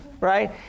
Right